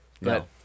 no